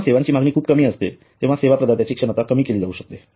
जेव्हा सेवांची मागणी खूप कमी असते तेव्हा सेवा प्रदात्याची क्षमता कमी केली जाऊ शकते